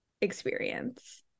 experience